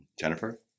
Jennifer